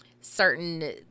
certain